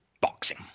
boxing